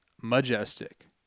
majestic